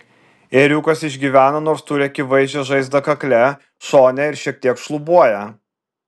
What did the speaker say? ėriukas išgyveno nors turi akivaizdžią žaizdą kakle šone ir šiek tiek šlubuoja